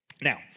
Now